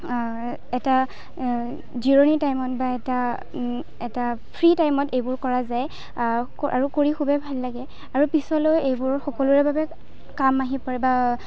এটা জিৰণি টাইমত বা এটা এটা ফ্ৰী টাইমত এইবোৰ কৰা যায় আৰু কৰি খুবেই ভাল লাগে আৰু পিছলৈ এইবোৰ সকলোৰে বাবে কাম আহি পৰে বা